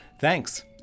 Thanks